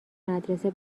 مدرسه